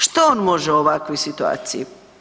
Što on može u ovakvoj situaciji?